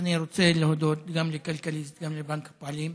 אני רוצה להודות גם לכלכליסט, גם לבנק הפועלים.